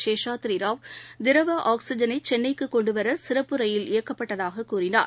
Seshadri Rao திரவஆக்சிஜனைசென்னைக்குகொண்டுவரசிறப்பு ரயில் இயக்கப்பட்டதாககூறினார்